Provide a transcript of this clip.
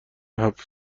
هفت